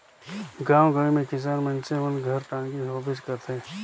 गाँव गंवई मे किसान मइनसे मन घर टागी होबे करथे